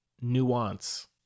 nuance